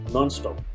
Non-stop